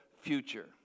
future